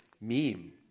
meme